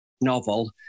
novel